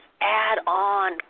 add-on